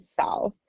South